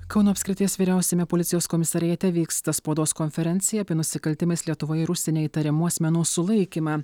kauno apskrities vyriausiame policijos komisariate vyksta spaudos konferencija apie nusikaltimais lietuvoje ir užsienyje įtariamų asmenų sulaikymą